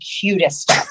cutest